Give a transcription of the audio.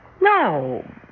No